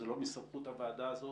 זה לא בסמכות הוועדה הזאת